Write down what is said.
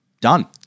done